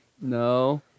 No